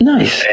Nice